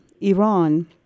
Iran